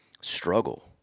struggle